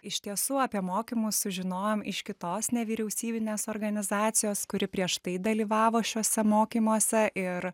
iš tiesų apie mokymus sužinojom iš kitos nevyriausybinės organizacijos kuri prieš tai dalyvavo šiuose mokymuose ir